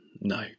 no